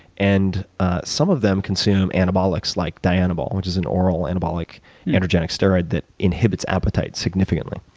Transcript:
and ah some of them consume anabolic like dianabol, which is an oral anabolic androgenic steroid that inhibits appetite significantly.